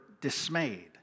dismayed